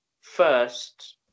first